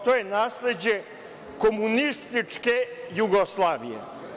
To je nasleđe komunističke Jugoslavije.